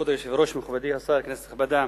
כבוד היושב-ראש, מכובדי השר, כנסת נכבדה,